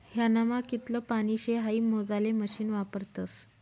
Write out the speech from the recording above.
ह्यानामा कितलं पानी शे हाई मोजाले मशीन वापरतस